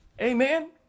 Amen